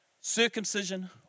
circumcision